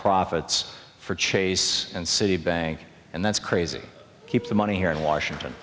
profits for chase and citibank and that's crazy keep the money here in washington